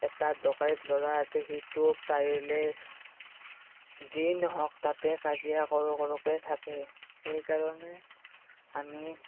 এটা ডকাইত ল'ৰা আছে সিটো পাৰিলে যি নহওক তাতেই কাজিয়া কৰোঁ কৰোঁকেই থাকে সেইকাৰণে আমি